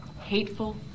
hateful